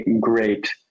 great